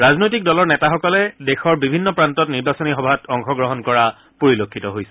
ৰাজনৈতিক দলৰ নেতাসকলে দেশৰ বিভিন্ন প্ৰান্তত নিৰ্বাচনী সভাত অংশগ্ৰহণ কৰা পৰিলক্ষিত হৈছে